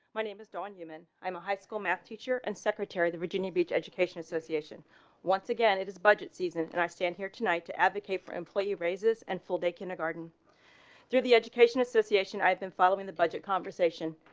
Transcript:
my name is dawn newman. i'm, a high school math teacher and secretary the virginia but education association once again, it is budget season and i stand here tonight to advocate for employee raises and full day kindergarten through the education association i've been following the budget conversation.